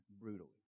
brutally